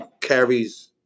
carries